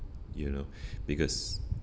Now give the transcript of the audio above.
you know because